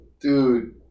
Dude